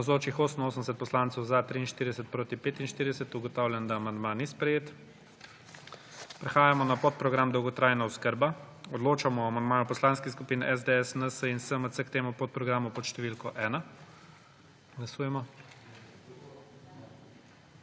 45. (Za je glasovalo 43.) (Proti 45.) Ugotavljam, da amandma ni sprejet. Prehajamo na podprogram Dolgotrajna oskrba. Odločamo o amandmaju poslanskih skupin SDS, NSi in SMC k temu podprogramu pod številko 1. Glasujemo.